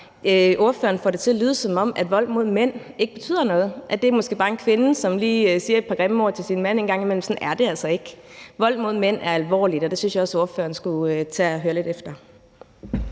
spørgeren får det til at lyde, som om vold mod mænd ikke betyder noget – at det måske bare er en kvinde, som lige siger et par grimme ord til sin mand en gang imellem. Sådan er det altså ikke. Vold mod mænd er alvorligt, og det synes jeg også spørgeren skulle tage og lytte til.